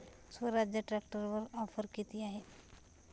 स्वराज्य ट्रॅक्टरवर ऑफर किती आहे?